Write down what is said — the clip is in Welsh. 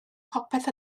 popeth